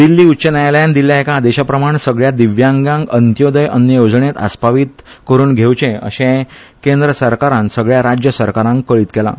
दिल्ली उच्च न्यायालयान दिल्या एका आदेशाप्रमाण सगळ्या दिव्यांगाक अंत्योदय अन्न येवजणेत आसपावीत करून घेवचे अशे केंद्र सरकारान सगळ्या राज्य सरकारांक कळीत केलां